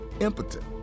impotent